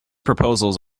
proposals